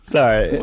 Sorry